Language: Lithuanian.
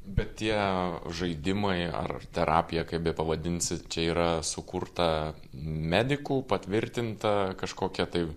bet tie žaidimai ar terapija kaip bepavadinsi čia yra sukurta medikų patvirtinta kažkokia tai